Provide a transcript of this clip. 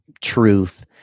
truth